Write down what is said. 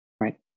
right